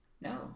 No